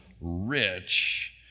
rich